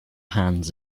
hands